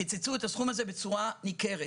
קיצצו את הסכום הזה בצורה ניכרת